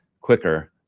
quicker